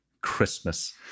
Christmas